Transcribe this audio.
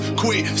quit